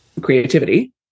creativity